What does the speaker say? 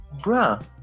Bruh